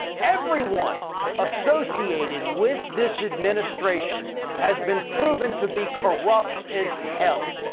everyone associated with this administration has been proven to be corrupt as hell.